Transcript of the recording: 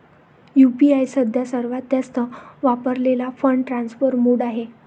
UPI सध्या सर्वात जास्त वापरलेला फंड ट्रान्सफर मोड आहे